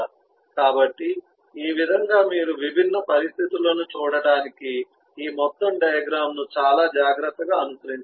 కాబట్టి ఈ విధంగా మీరు విభిన్న పరిస్థితులను చూడటానికి ఈ మొత్తం డయాగ్రమ్ ను చాలా జాగ్రత్తగా అనుసరించవచ్చు